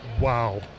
Wow